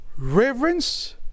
Reverence